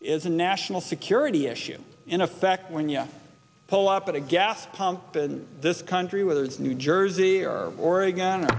is a national security issue in effect when you pull up at a gas pump in this country whether it's new jersey or oregon or